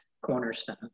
cornerstone